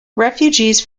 refugees